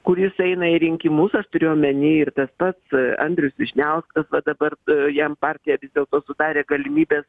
kuris eina į rinkimus aš turiu omeny ir tas pats andrius vyšniauskas va dabar jam partija vis dėlto sudarė galimybes